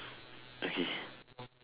okay